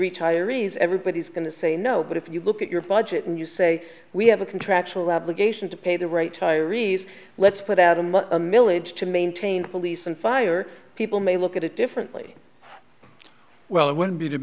retirees everybody's going to say no but if you look at your budget and you say we have a contractual obligation to pay the right tyrese let's put out a much milledge to maintain police and fire people may look at it differently well it would be t